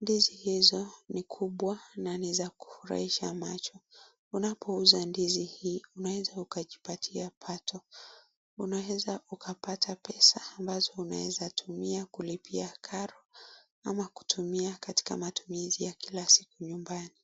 Ndizi hizo ni kubwa na ni za kufurahisha macho unapouza ndizi hii unaweza ukajipatia pato unaweza ukapata pesa ambazo unaweza tumia kulipoa karo ama kutumia katika matumizi ya kila siku nyumbani.